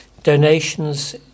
Donations